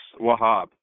Wahab